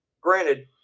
Granted